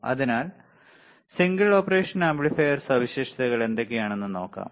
അതിനാൽ single operation amplifier സവിശേഷതകൾ എന്തൊക്കെയാണെന്ന് നോക്കാം